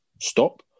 stop